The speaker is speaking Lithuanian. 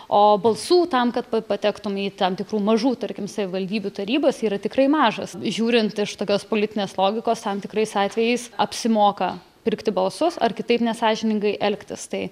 o balsų tam kad p patektum į tam tikrų mažų tarkim savivaldybių tarybas yra tikrai mažas žiūrint iš tokios politinės logikos tam tikrais atvejais apsimoka pirkti balsus ar kitaip nesąžiningai elgtis tai